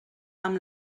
amb